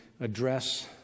address